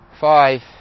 Five